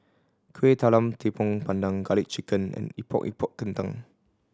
Kueh Talam Tepong Pandan Garlic Chicken and Epok Epok Kentang